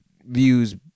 views